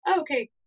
okay